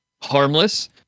harmless